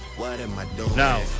Now